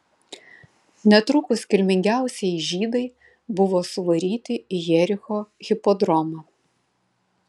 netrukus kilmingiausieji žydai buvo suvaryti į jericho hipodromą